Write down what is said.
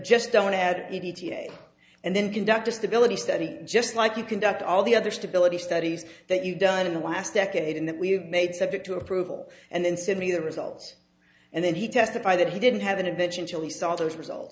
just don't add e t a and then conduct a stability study just like you conduct all the other stability studies that you've done in the last decade and that we've made subject to approval and then simply the results and then he testify that he didn't have an eventually saw those results